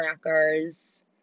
crackers